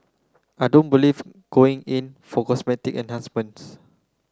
I don't believe going in for cosmetic enhancements